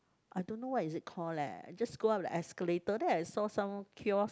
I don't know what is it called leh just go up the escalator then I saw some kiosk